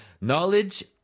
knowledge